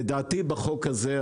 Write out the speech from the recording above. לדעתי בחוק הזה,